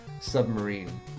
Submarine